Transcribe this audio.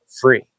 free